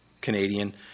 Canadian